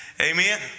Amen